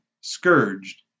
scourged